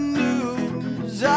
news